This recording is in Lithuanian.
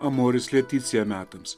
amoris leticija metams